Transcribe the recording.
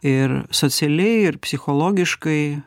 ir socialiai ir psichologiškai